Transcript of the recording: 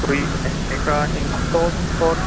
کوئی ایسا income source source